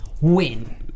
Win